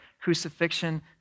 crucifixion